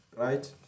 Right